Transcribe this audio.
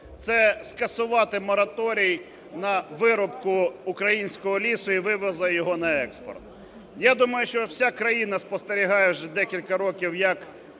це скасувати мораторій на виробку українського лісу і вивозу його на експорт. Я думаю, що вся країна спостерігає вже декілька років, як